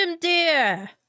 dear